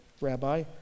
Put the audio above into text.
Rabbi